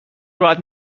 راحت